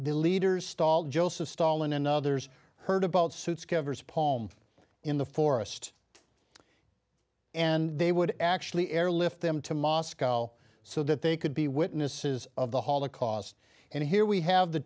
the leaders stall joseph stalin and others heard about suits covers palm in the forest and they would actually airlift them to moscow so that they could be witnesses of the holocaust and here we have the